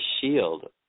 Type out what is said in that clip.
shield